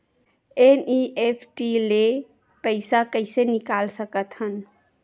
NEFT ले पईसा कइसे निकाल सकत हन?